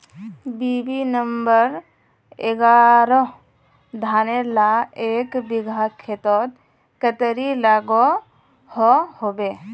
BB number एगारोह धानेर ला एक बिगहा खेतोत कतेरी लागोहो होबे?